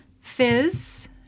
fizz